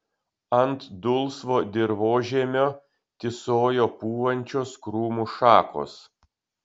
ant dulsvo dirvožemio tysojo pūvančios krūmų šakos